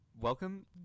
welcome